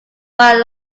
wire